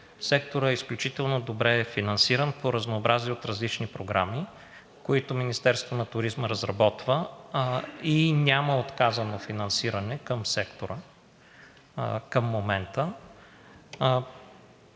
Секторът е изключително добре финансиран по разнообразни и различни програми, които Министерството на туризма разработва и няма отказано финансиране към сектора към момента.